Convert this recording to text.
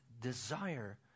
desire